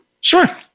Sure